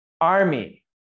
army